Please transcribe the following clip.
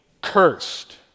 cursed